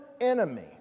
enemy